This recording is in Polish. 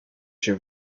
się